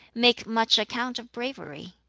make much account of bravery?